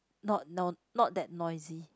not no not that noisy